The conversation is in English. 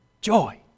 Joy